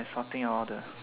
sorting all the